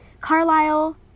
carlisle